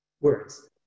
words